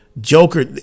Joker